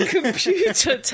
Computer